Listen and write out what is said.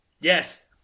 Yes